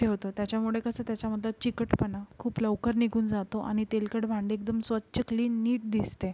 ठेवतो त्याच्यामुळे कसं त्याच्यामधला चिकटपणा खूप लवकर निघून जातो आणि तेलकट भांडी एकदम स्वच्छ क्लीन नीट दिसते